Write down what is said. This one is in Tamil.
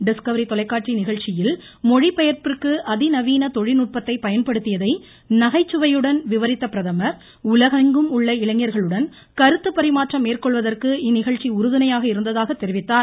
டிஸ்கவரி தொலைக்காட்சி நிகழ்ச்சியில் மொழி பெயர்ப்பதற்கு அதிநவீன தொழில்நுட்பத்தை பயன்படுத்தியதை நகைச்சுவையுடன் விவரித்த பிரதமர் உலகமெங்கும் உள்ள இளைஞர்களுடன் கருத்துப் பரிமாற்றம் மேற்கொள்வதற்கு இந்நிகழ்ச்சி உறுதுணையாக இருந்ததாக தெரிவித்தார்